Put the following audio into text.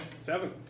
Seven